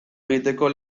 egiteko